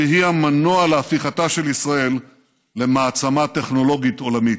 שהיא המנוע להפיכתה של ישראל למעצמה טכנולוגית עולמית,